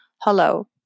hello